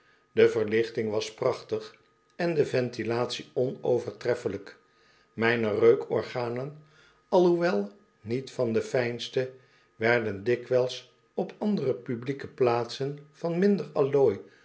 de verlichting was prachtig en de ventilatie onovertreffelijk mijne reukorganen al hoewel niet van de fijnste werden dikwijls op andere publieke plaatsen van minder allooi